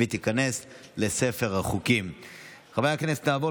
להלן תוצאות ההצבעה: 13 בעד,